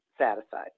satisfied